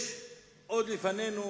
יש לפנינו